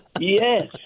Yes